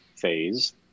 phase